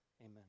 amen